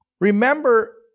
Remember